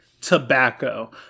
Tobacco